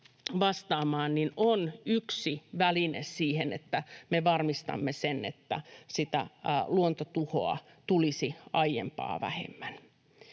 vastaamaan, on yksi väline siihen, että me varmistamme sen, että luontotuhoa tulisi aiempaa vähemmän.